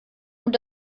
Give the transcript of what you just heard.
und